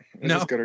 No